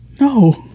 No